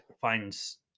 finds